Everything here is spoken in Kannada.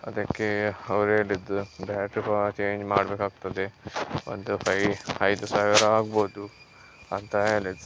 ಅದಕ್ಕೆ ಅವ್ರು ಹೇಳಿದ್ದು ಬ್ಯಾಟ್ರಿ ಚೇಂಜ್ ಮಾಡಬೇಕಾಗ್ತದೆ ಒಂದು ಫೈ ಐದು ಸಾವಿರ ಆಗ್ಬೋದು ಅಂತ ಹೇಳಿದ್ದು